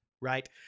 right